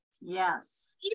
Yes